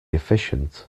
efficient